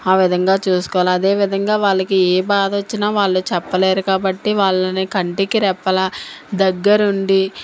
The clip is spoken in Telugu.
ఆ విధంగా చూసుకోవాలి అదేవిధంగా వాళ్ళకి ఏ బాధ వచ్చిన వాళ్ళు చెప్పలేరు కాబట్టి వాళ్ళని కంటికి రెప్పలాగా దగ్గర ఉండి